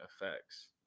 effects